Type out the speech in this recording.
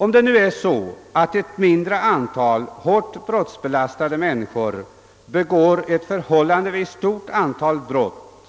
Om det förhåller sig så att ett mindre antal hårt brottsbelastade människor begår ett förhållandevis stort antal brott,